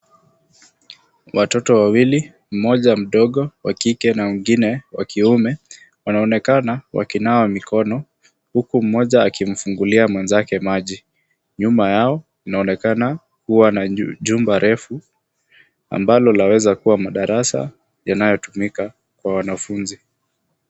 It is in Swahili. Watoto wawili, mmoja mdogo wa kike na mwingine wa kiume, wanaonekana wakinawa mikono huku mmoja akimfungulia mwenzake maji. Nyuma yao kunaonekana kuwa na jumba refu ambalo laweza kuwa madarasa yanayotumika kwa wanafunzi.